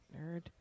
Nerd